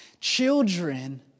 children